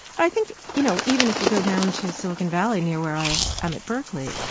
i think, you know, even if you go down to silicon valley near where i am at berkeley,